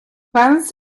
violence